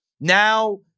Now